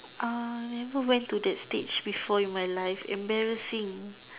uh never went to that stage before in my life embarrassing